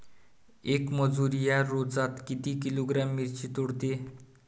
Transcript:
येक मजूर या रोजात किती किलोग्रॅम मिरची तोडते?